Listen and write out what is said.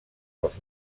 dels